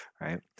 right